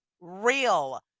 real